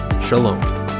Shalom